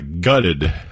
gutted